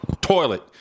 toilet